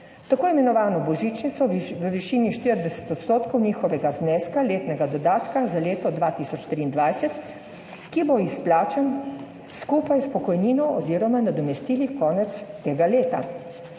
Tako imenovano božičnico v višini 40 % njihovega zneska letnega dodatka za leto 2023, ki bo izplačan skupaj s pokojnino oziroma nadomestili konec tega leta.